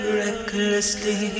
recklessly